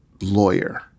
lawyer